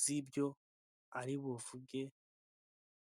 z'ibyo ari buvuge.